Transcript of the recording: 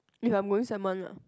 if I'm going sem one lah